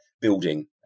building